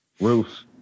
roof